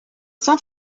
cent